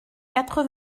quatre